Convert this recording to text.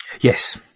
Yes